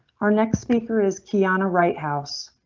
our next speaker is kiana wright house.